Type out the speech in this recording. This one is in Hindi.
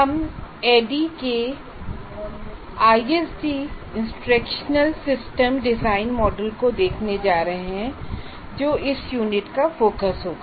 हम ADDIE के ISD instructional system design model को देखने जा रहे हैं जो इस यूनिट का फोकस होगा